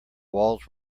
walls